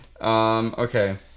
Okay